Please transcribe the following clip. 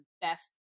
best